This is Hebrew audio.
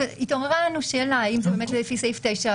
התעוררה שאלה האם זה באמת לפי סעיף 9,